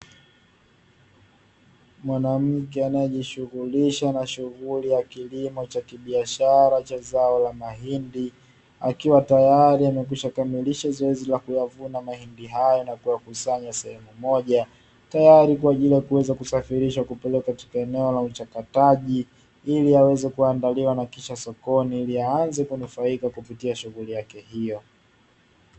Mwanamke anayejishughulisha na shughuli ya kilimo cha kibiashara cha zao la mahindi, akiwa tayari amekwishakamilisha zoezi la kuyavuna mahindi hayo na kuyakusanya sehemu moja, tayari kwa ajili ya kuweza kusafirisha kupeleka katika eneo la uchakataji, ili yaweze kuandaliwa na kisha sokoni ili aanze kunufaika kupitia shughuli yake hiyo.